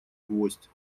гвоздь